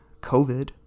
COVID